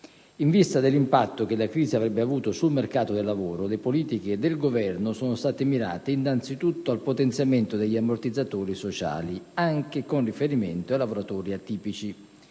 In vista dell'impatto che la crisi avrebbe avuto sul mercato del lavoro, le politiche del Governo sono state mirate, innanzitutto, al potenziamento degli ammortizzatori sociali, anche con riferimento ai lavoratori atipici.